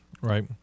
Right